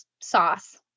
sauce